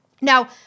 Now